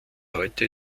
heute